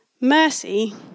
Mercy